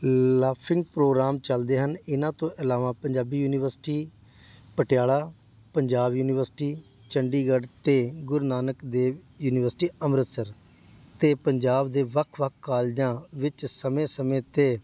laughing programme ਚੱਲਦੇ ਹਨ ਇਹਨਾਂ ਤੋਂ ਇਲਾਵਾ ਪੰਜਾਬੀ ਯੂਨੀਵਰਸਿਟੀ ਪਟਿਆਲਾ ਪੰਜਾਬ ਯੂਨੀਵਰਸਿਟੀ ਚੰਡੀਗੜ੍ਹ ਅਤੇ ਗੁਰੂ ਨਾਨਕ ਦੇਵ ਯੂਨੀਵਰਸਿਟੀ ਅੰਮ੍ਰਿਤਸਰ ਅਤੇ ਪੰਜਾਬ ਦੇ ਵੱਖ ਵੱਖ ਕਾਲਜਾਂ ਵਿੱਚ ਸਮੇਂ ਸਮੇਂ 'ਤੇ